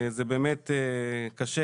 זה באמת קשה,